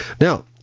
Now